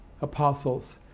apostles